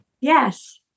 yes